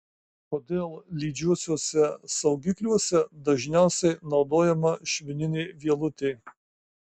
kodėl lydžiuosiuose saugikliuose dažniausiai naudojama švininė vielutė